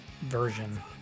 version